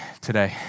today